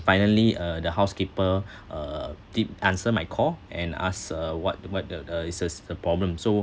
finally uh the housekeeper uh did answer my call and asked uh what the what the the is is the problem so